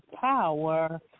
power